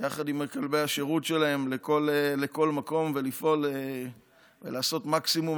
יחד עם כלבי השירות שלהם לכל מקום ולפעול ולעשות מקסימום,